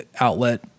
outlet